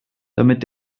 damit